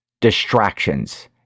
distractions